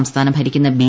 സംസ്ഥാനം ഭരിക്കുന്ന ബി